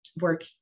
work